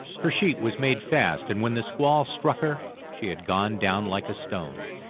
her sheet was made fast, and when the squall struck her she had gone down like a stone.